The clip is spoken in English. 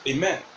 Amen